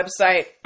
website